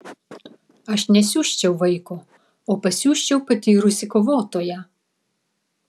aš nesiųsčiau vaiko o pasiųsčiau patyrusį kovotoją